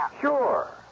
Sure